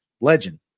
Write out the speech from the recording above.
legend